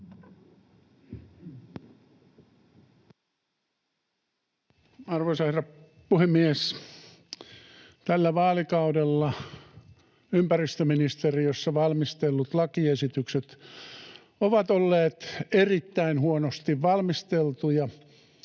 Arvoisa herra puhemies! Tällä vaalikaudella ympäristöministeriössä valmistellut lakiesitykset ovat olleet erittäin huonosti valmisteltuja